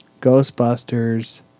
Ghostbusters